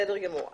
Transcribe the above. בסדר גמור.